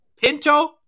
Pinto